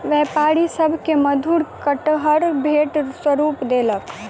व्यापारी सभ के मधुर कटहर भेंट स्वरूप देलक